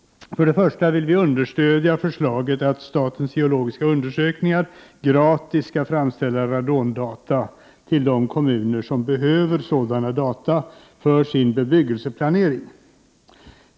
Vi vill bl.a. understödja förslaget att Sveriges geologiska undersökning gratis skall framställa radondata till de kommuner som behöver sådana data för sin bebyggelseplanering.